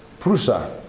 prussia.